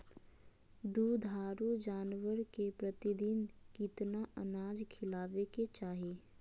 दुधारू जानवर के प्रतिदिन कितना अनाज खिलावे के चाही?